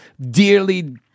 dearly